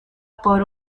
por